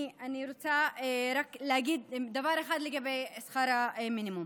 אני רוצה רק להגיד דבר אחד לגבי שכר המינימום.